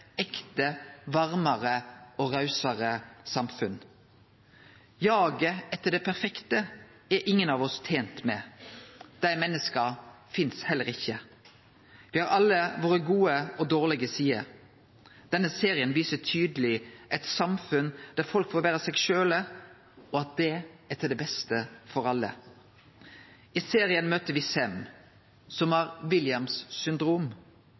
ekte, varmare og rausare samfunn. Jaget etter det perfekte er ingen av oss tente med. Dei perfekte menneska finst heller ikkje. Me har alle våre gode og dårlege sider. Denne serien viser tydeleg at eit samfunn der folk får vere seg sjølve, er til det beste for alle. I serien møter me Sem, som har Williams syndrom.